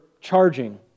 charging